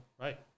Right